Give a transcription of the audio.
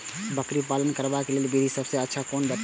बकरी पालन करबाक लेल विधि सबसँ अच्छा कोन बताउ?